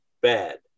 bad